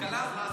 שיקבלו.